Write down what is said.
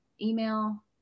email